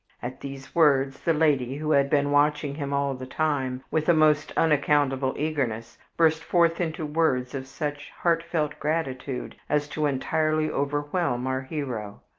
at these words the lady, who had been watching him all the time with a most unaccountable eagerness, burst forth into words of such heartfelt gratitude as to entirely overwhelm our hero.